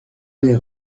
les